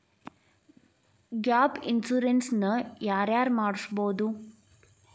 Gap insurance ನ ಯಾರ್ ಯಾರ್ ಮಡ್ಸ್ಬೊದು?